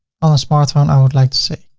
on a smartphone, i would like to say